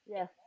Yes